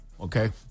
Okay